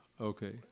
Okay